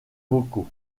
vocaux